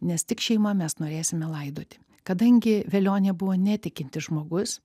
nes tik šeima mes norėsime laidoti kadangi velionė buvo netikintis žmogus